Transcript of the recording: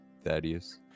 Thaddeus